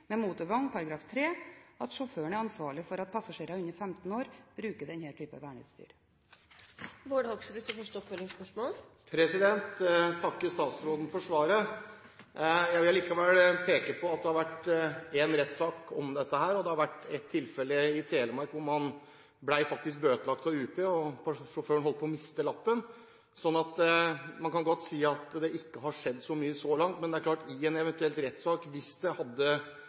med motorvogn § 3 at sjåføren er ansvarlig for at passasjerer under 15 år bruker denne type verneutstyr. Jeg takker statsråden for svaret. Jeg vil likevel peke på at det har vært én rettssak om dette, og at det har vært ett tilfelle i Telemark der sjåføren ble bøtelagt av UP og holdt på å miste lappen. Man kan godt si at det ikke har skjedd så mye så langt, men i en eventuell rettssak, hvis noe hadde